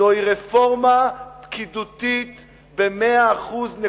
זוהי רפורמה פקידותית במאה אחוז.